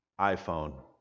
iPhone